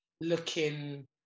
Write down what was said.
looking